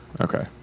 Okay